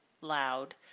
loud